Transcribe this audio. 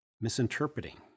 misinterpreting